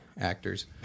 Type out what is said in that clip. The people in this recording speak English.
actors